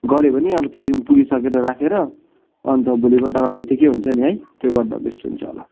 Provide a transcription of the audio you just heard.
गर्यो भने अब त्यो दिन पुगिसकेर राखेर अन्त भोलिपल्टका लागि ठिकै हुन्छ नि है त्यो गर्दा बेस्ट हुन्छ होला